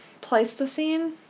Pleistocene